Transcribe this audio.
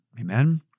amen